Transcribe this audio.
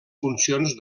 funcions